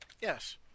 Yes